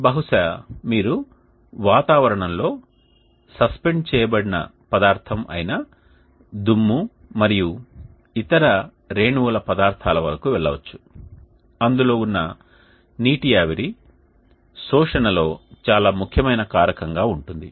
బహుశా మీరు వాతావరణంలో సస్పెండ్ చేయబడిన పదార్థం అయిన దుమ్ము మరియు ఇతర రేణువుల పదార్థాల వరకు వెళ్లవచ్చు అందులో ఉన్న నీటి ఆవిరి శోషణలో చాలా ముఖ్యమైన కారకంగా ఉంటుంది